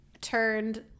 turned